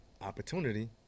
opportunity